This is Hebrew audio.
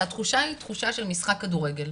שהתחושה היא תחושה של משרד כדורגל.